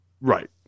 Right